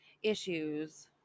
issues